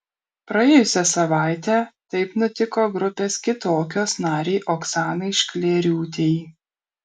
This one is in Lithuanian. praėjusią savaitę taip nutiko grupės kitokios narei oksanai šklėriūtei